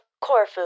Corfu